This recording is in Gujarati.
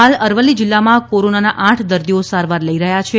હાલ અરવલ્લી જિલ્લામાં કોરોનાના આઠ દર્દીઓ સારવાર લઇ રહ્યા છે